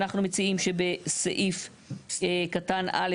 אנחנו מציעים שבסעיף קטן (א),